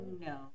No